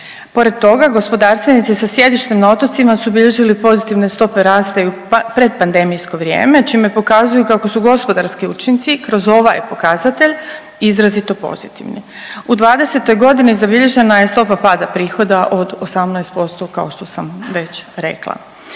Pored toga gospodarstvenici sa sjedištem na otocima su bilježili pozitivne stope rasta i u pretpandemijsko vrijeme čime pokazuju kako su gospodarski učinci kroz ovaj pokazatelj izrazito pozitivni. U '20. godini zabilježena je stopa pada prihoda od 18% kao što sam već rekla.